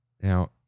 Now